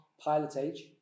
pilotage